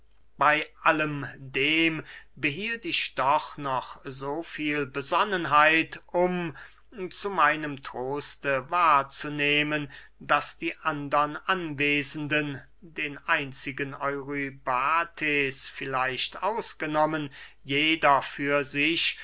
bey allem dem behielt ich doch noch so viel besonnenheit um zu meinem troste wahrzunehmen daß die andern anwesenden den einzigen eurybates vielleicht ausgenommen jeder für sich